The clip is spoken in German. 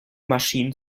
maschinen